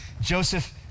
Joseph